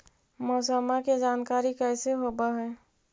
मौसमा के जानकारी कैसे होब है?